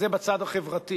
זה, בצד החברתי.